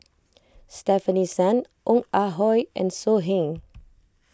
Stefanie Sun Ong Ah Hoi and So Heng